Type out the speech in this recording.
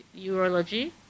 urology